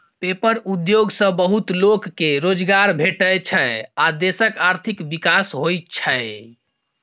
paper उद्योग सँ बहुत लोक केँ रोजगार भेटै छै आ देशक आर्थिक विकास होइ छै